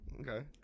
Okay